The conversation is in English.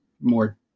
more